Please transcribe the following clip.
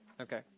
Okay